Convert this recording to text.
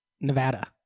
Nevada